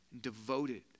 devoted